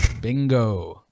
Bingo